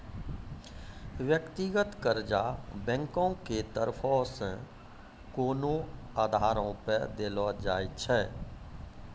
व्यक्तिगत कर्जा बैंको के तरफो से कोनो आधारो पे देलो जाय छै